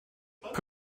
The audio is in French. temps